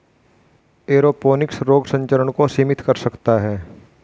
aeroponics रोग संचरण को सीमित कर सकता है